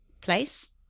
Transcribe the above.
place